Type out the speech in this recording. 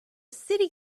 city